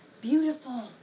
beautiful